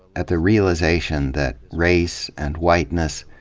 at the realization that race, and whiteness,